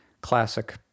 classic